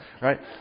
right